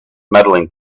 medaling